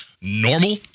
normal